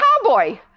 cowboy